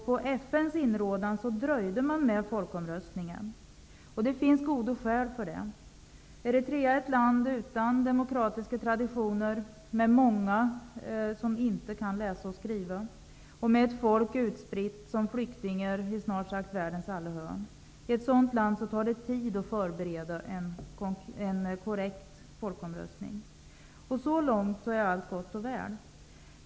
På FN:s inrådan dröjde man med folkomröstningen. Det finns goda skäl för det. Eritrea är ett land utan demokratiska traditioner, med många som inte kan läsa och skriva och med ett folk som är utspritt som flyktingar i snart sagt alla hörn i världen. I ett sådant land tar det tid att förbereda en korrekt folkomröstning. Så långt är allt gott och väl.